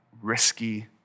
risky